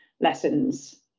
lessons